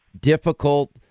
difficult